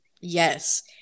Yes